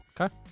Okay